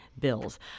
bills